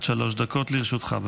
עד שלוש דקות לרשותך.